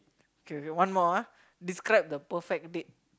K K one more ah describe the perfect date